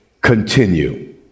continue